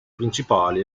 principali